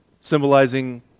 symbolizing